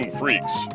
freaks